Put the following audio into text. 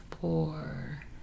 four